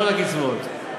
כל הקצבאות.